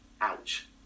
Ouch